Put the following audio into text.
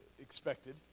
expected